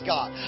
God